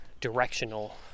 directional